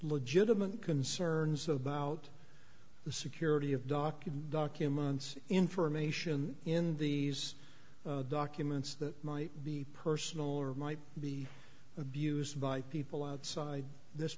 legitimate concerns about the security of documents documents information in these documents that might be personal or might be abused by people outside this